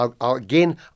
Again